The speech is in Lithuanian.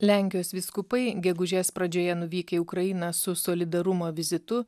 lenkijos vyskupai gegužės pradžioje nuvykę į ukrainą su solidarumo vizitu